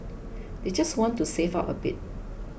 they just want to save up a bit